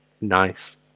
nice